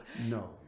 No